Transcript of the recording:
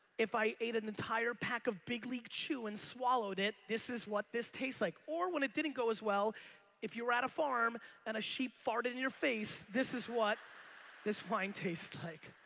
if i ate an entire pack of big league chew and swallowed it this is what this tastes like or when it didn't go as well if you're at a farm and a sheep farted in your face, this is what this wine tastes like.